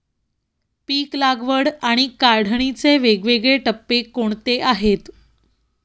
पीक लागवड आणि काढणीचे वेगवेगळे टप्पे कोणते आहेत?